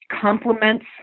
complements